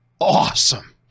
awesome